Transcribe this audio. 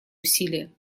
усилия